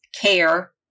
care